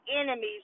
enemies